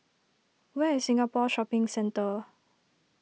where is Singapore Shopping Centre